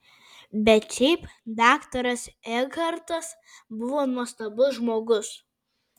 bet šiaip daktaras ekhartas buvo nuostabus žmogus